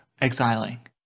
exiling